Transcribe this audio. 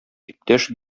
иптәш